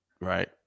right